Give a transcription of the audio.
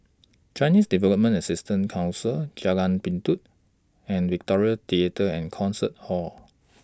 Chinese Development Assistance Council Jalan Pintau and Victoria Theatre and Concert Hall